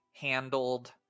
handled